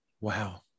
Wow